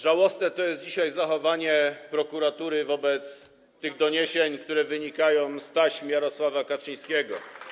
Żałosne jest dzisiaj zachowanie prokuratury wobec tych doniesień, które wynikają z taśm Jarosława Kaczyńskiego.